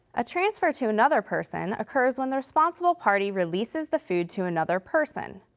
a transfer to another person occurs when the responsible party releases the food to another person.